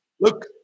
look